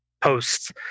posts